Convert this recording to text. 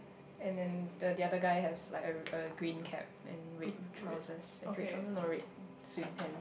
and then the the the other guy has like a a green cap and red trousers red trousers no red swim pants